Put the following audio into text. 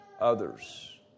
others